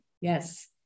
Yes